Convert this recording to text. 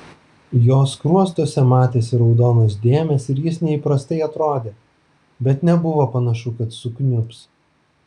jo skruostuose matėsi raudonos dėmės ir jis neįprastai atrodė bet nebuvo panašu kad sukniubs